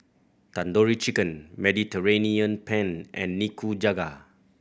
Tandoori Chicken Mediterranean Penne and Nikujaga